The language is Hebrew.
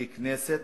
ככנסת,